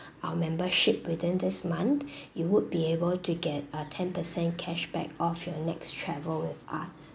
our membership within this month you would be able to get a ten percent cashback off your next travel with us